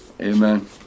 Amen